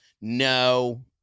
no